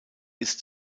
ist